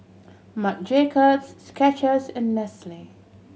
Marc Jacobs Skechers and Nestle